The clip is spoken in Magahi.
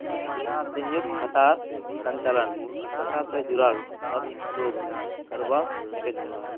संयुक्त खातार संचालन खाता स जुराल सब लोग करवा सके छै